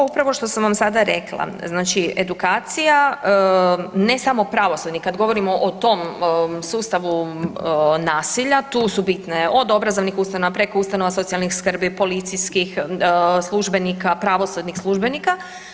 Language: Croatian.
Pa mislim ovo upravo što sam vam sada rekla, znači edukacija, ne samo pravosudni, kad govorimo o tom sustavu nasilja tu su bitne od obrazovnih ustanova preko ustanova socijalnih skrbi, policijskih službenika, pravosudnih službenika.